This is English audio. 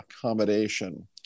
accommodation